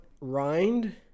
rind